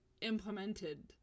implemented